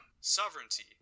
sovereignty